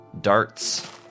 darts